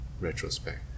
retrospect